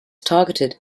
targeted